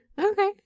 Okay